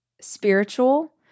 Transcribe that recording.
spiritual